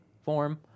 form